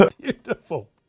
Beautiful